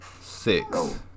Six